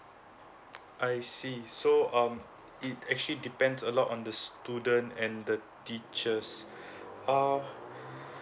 I see so um it actually depends a lot on the student and the teachers uh